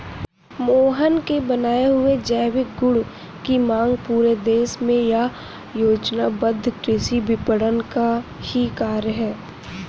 मोहन के बनाए हुए जैविक गुड की मांग पूरे देश में यह योजनाबद्ध कृषि विपणन का ही कार्य है